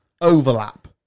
overlap